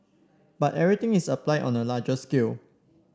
but everything is applied on a larger scale